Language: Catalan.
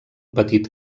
petit